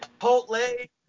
chipotle